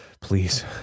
Please